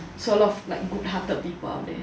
so a lot of like good hearted people out there